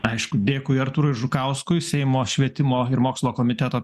aišku dėkui artūrui žukauskui seimo švietimo ir mokslo komiteto